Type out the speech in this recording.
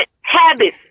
habits